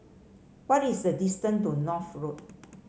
what is the distance to North Road